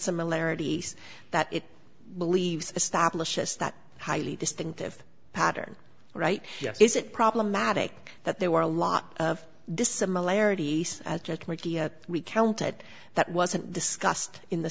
similarities that it believes establishes that highly distinctive pattern right is it problematic that there were a lot of dissimilarities as we count it that wasn't discussed in the